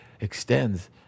extends